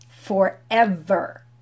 Forever